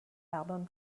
album